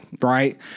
Right